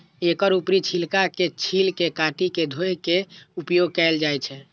एकर ऊपरी छिलका के छील के काटि के धोय के उपयोग कैल जाए छै